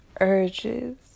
urges